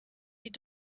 die